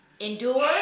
endure